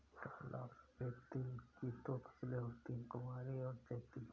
काला और सफेद तिल की दो फसलें होती है कुवारी और चैती